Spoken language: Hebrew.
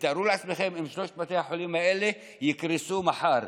ותארו לעצמכם אם שלושת בתי החולים האלה יקרסו מחר,